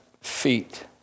feet